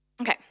Okay